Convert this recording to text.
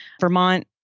Vermont